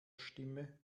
stimme